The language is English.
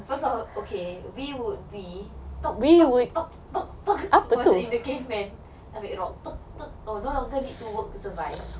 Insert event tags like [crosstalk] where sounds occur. okay we would be [noise] macam in the caveman ambil rock oh no longer need to work to survive